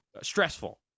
stressful